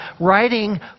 writing